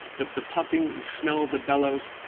the the pumping and smell of the bellows,